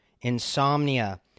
insomnia